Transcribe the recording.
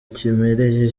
kiremereye